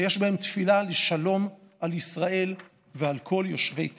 שיש בהם תפילה לשלום על ישראל ועל כל יושבי תבל.